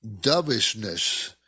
dovishness